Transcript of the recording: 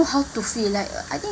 how to feel like I think